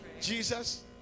Jesus